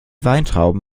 weintrauben